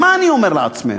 ומה אני אומר לעצמנו?